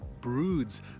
Broods